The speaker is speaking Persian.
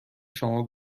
شما